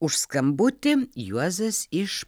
už skambutį juozas iš